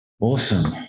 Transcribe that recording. Awesome